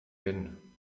bin